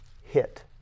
hit